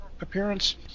appearance